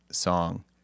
song